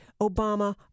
Obama